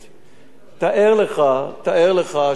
תאר לך שכל אחד,